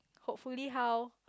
hopefully how